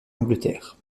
angleterre